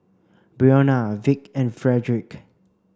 Brionna Vick and Frederic